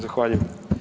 Zahvaljujem.